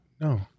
No